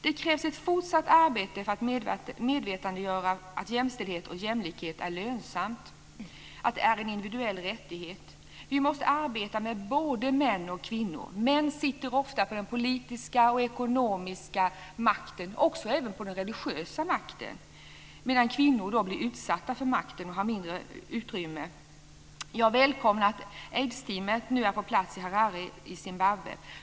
Det krävs ett fortsatt arbete för att medvetandegöra att jämställdhet och jämlikhet är lönsamt, att det är en individuell rättighet. Vi måste arbeta med både män och kvinnor. Män sitter ofta med den politiska och ekonomiska makten, och även den religiösa makten, medan kvinnan blir utsatt för denna makt och har mindre utrymme. Jag välkomnar att aidsteamet nu är på plats i Harare i Zimbabwe.